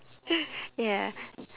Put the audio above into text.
ya